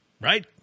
Right